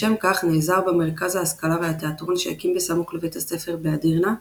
לשם כך נעזר במרכז ההשכלה והתיאטרון שהקים בסמוך לבית הספר באדירנה,